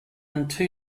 unto